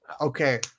Okay